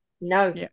No